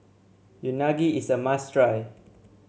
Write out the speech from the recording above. unagi is a must try